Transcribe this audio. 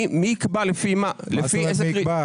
מכיוון שאין קריטריונים